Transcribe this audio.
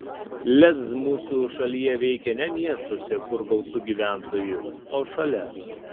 lez mūsų šalyje veikia ne miestuose kur gausu gyventojų o šalia